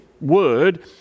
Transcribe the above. Word